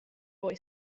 boy